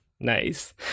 Nice